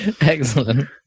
Excellent